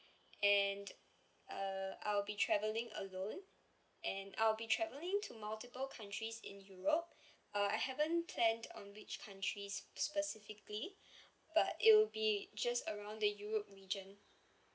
and uh I'll be travelling alone and I'll be travelling to multiple countries in europe uh I haven't planned on which countries specifically but it will be it just around the europe region